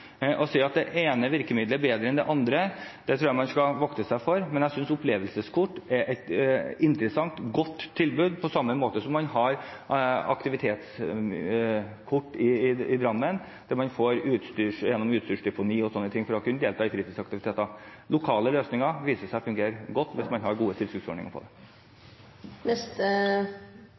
Å si at det ene virkemiddelet er bedre enn det andre, tror jeg man skal vokte seg for, men jeg synes opplevelseskort er et interessant, godt tilbud. På samme måte har man aktivitetskort i Drammen og utstyrsdeponi osv., slik at man skal kunne delta i fritidsaktiviteter. Lokale løsninger viser seg å fungere godt når man har gode tilskuddsordninger for det.